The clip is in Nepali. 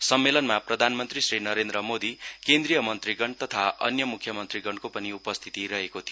सम्मेलनमा प्रधानमन्त्री श्री नरेन्द्र मोदी केन्द्रिय मन्त्रीगण तथा अन्य मुख्यमन्त्रीगणको पनि उपस्थिति रहेको थियो